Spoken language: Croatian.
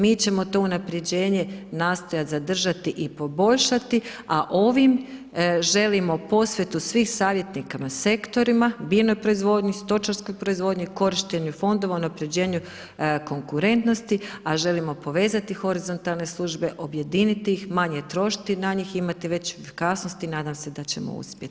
Mi ćemo to unapređenje nastojat zadržati i poboljšati, a ovim želimo posvetu svim savjetnikama sektorima, biljnoj proizvodnji, stočarskoj proizvodnji, korištenju fondova, unapređenju konkurentnosti, a želimo povezati horizontalne službe, objediniti ih, manje trošiti na njih, imati veću efikasnost i nadam se da ćemo uspjeti.